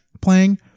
playing